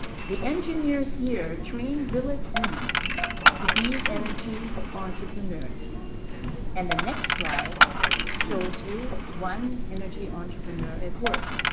the engineers here trained village women to be energy entrepreneurs and the next slide shows you one energy entrepreneur at work.